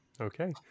Okay